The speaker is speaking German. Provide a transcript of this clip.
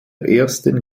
ersten